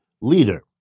leader